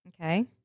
Okay